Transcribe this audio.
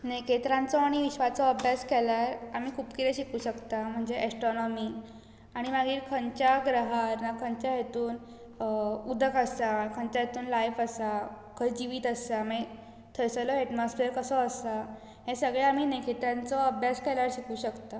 नखेत्रांचो आनी विश्वाचो अभ्यास केल्यार आमी खूब कितें शिकूं शकता म्हणजे एस्ट्रॉनोमी आनी मागीर खंयच्या ग्रहार ना खंच्या हितून उदक आसा खंयच्या हितून लायफ आसा खंय जिवीत आसा मागीर थंयसरलो एटमॉस्पियर कसो आसा हें सगळें आमी नखेत्रांचो अभ्यास केल्यार शिकूं शकता